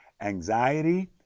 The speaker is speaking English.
anxiety